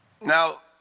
Now